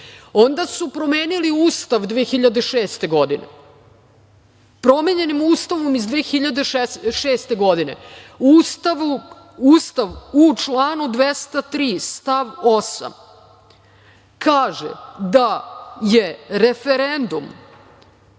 su promenili Ustav 2006. godine. Promenjenim Ustavom iz 2006. godine u članu 203. stav 8. kaže da je referendum